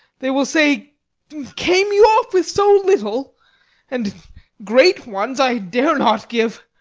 they will say came you off with so little and great ones i dare not give.